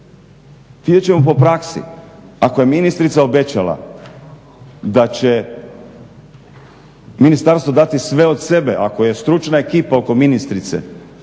Vidjet ćemo po praksi. Ako je ministrica obećala da će ministarstvo dati sve od sebe, ako je stručna ekipa oko ministrice,